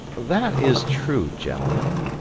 that is true, gentlemen,